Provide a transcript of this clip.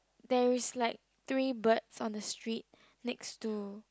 there is like three birds on the street next to